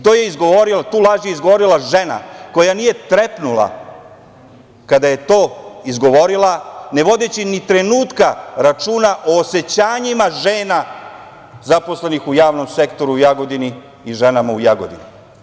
Tu laž je izgovorila žena koja nije trepnula kada je to izgovorila, ne vodeći ni trenutka računa o osećanjima žena zaposlenih u javnom sektoru u Jagodini i ženama u Jagodini.